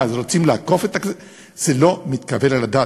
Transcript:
מה, אז רוצים לעקוף, זה לא מתקבל על הדעת.